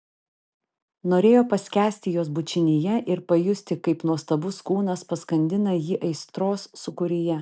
norėjo paskęsti jos bučinyje ir pajusti kaip nuostabus kūnas paskandina jį aistros sūkuryje